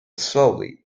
slowly